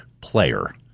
player